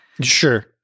Sure